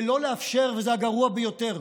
ולא לאפשר, וזה הגרוע ביותר,